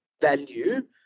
value